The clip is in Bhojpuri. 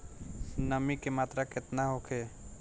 नमी के मात्रा केतना होखे?